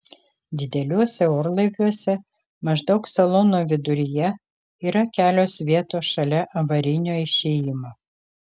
dideliuose orlaiviuose maždaug salono viduryje yra kelios vietos šalia avarinio išėjimo